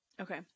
Okay